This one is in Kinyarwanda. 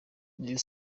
rayon